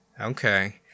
Okay